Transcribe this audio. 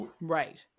Right